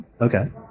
Okay